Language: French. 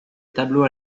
tableau